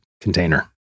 container